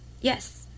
yes